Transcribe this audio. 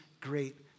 great